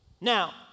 Now